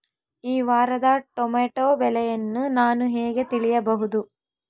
ಈ ವಾರದ ಟೊಮೆಟೊ ಬೆಲೆಯನ್ನು ನಾನು ಹೇಗೆ ತಿಳಿಯಬಹುದು?